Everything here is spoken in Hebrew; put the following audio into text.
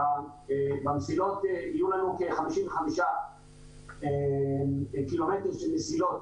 במסילות יהיו לנו כ-55 קילומטרים של מסילות